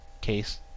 case